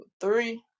three